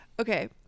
okay